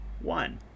one